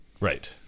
Right